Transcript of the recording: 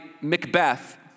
Macbeth